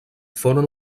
foren